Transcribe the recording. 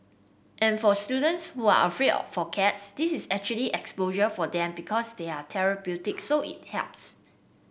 and for students who are afraid for cats this is actually exposure for them because they're therapeutic so it helps